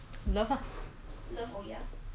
fifty to ninety percent english [what]